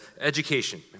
education